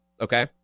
okay